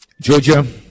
Georgia